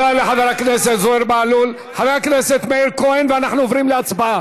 חזן, סתום כבר את הפה שלך.